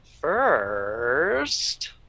first